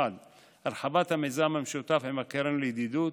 1. הרחבת המיזם המשותף עם הקרן לידידות,